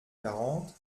quarante